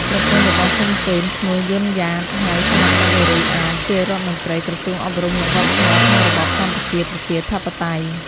ប្រពន្ធ របស់ សុន សេន ឈ្មោះ យុន យ៉ាត (ហៅសមមិត្តនារី អាត) ជារដ្ឋមន្ត្រី ក្រសួងអប់រំនិងវប្បធម៌ក្នុងរបបកម្ពុជា ប្រជាធិបតេយ្យ។